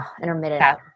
intermittent